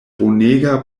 bonega